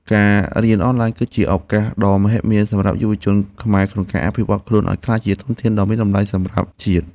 ការរៀនអនឡាញ គឺជាឱកាសដ៏មហិមាសម្រាប់យុវជនខ្មែរក្នុងការអភិវឌ្ឍន៍ខ្លួនឱ្យក្លាយជាធនធានដ៏មានតម្លៃសម្រាប់ជាតិ។